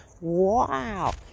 wow